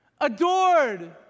adored